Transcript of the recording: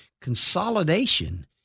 consolidation